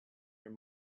your